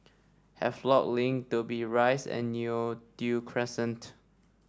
Havelock Link Dobbie Rise and Neo Tiew Crescent